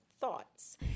thoughts